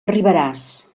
arribaràs